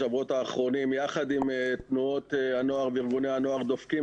בשבועות האחרונים יחד עם תנועות הנוער וארגוני הנוער דופקים